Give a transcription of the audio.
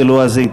בלועזית,